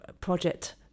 project